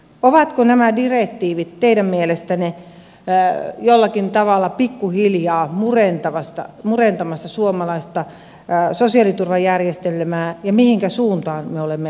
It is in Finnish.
ovatko nämä direktiivit teidän mielestänne jollakin tavalla pikkuhiljaa murentamassa suomalaista sosiaaliturvajärjestelmää ja mihinkä suuntaan me olemme menossa